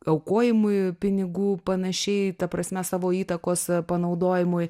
aukojimui pinigų panašiai ta prasme savo įtakos panaudojimui